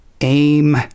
Aim